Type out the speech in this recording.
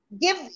give